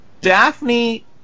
Daphne